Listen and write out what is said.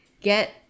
get